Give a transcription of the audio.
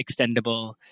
extendable